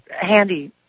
handy